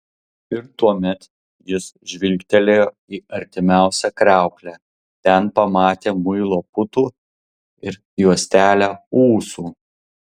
ir tuomet jis žvilgtelėjo į artimiausią kriauklę ten pamatė muilo putų ir juostelę ūsų